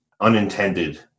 unintended